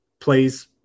plays